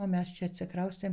o mes čia atsikraustėm